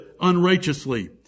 unrighteously